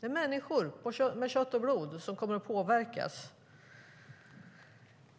Det är människor av kött och blod som kommer att påverkas.